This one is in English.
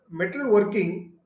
metalworking